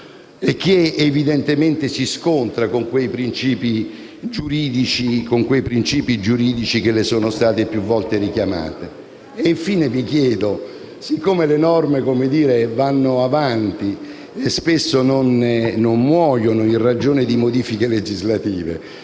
che evidentemente si scontra con quei principi giuridici che sono stati più volte richiamati? Infine le chiedo, poiché le norme vanno avanti e spesso non muoiono in ragione di modifiche legislative: